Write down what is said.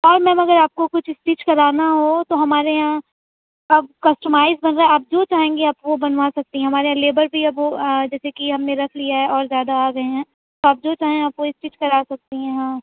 اور میم اگر آپ کو کچھ اسٹچ کرانا ہو تو ہمارے یہاں اب کسٹمائز مطلب آپ جو چاہیں گی آپ وہ بنوا سکتی ہیں ہمارے یہاں لیبر بھی اب وہ جیسے کہ ہم نے رکھ لیا ہے اور زیادہ آ گئے ہیں آپ جو چاہیں اب وہ اسٹچ کرا سکتی ہیں ہاں